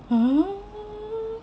(uh huh)